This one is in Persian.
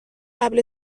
قبل